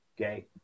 Okay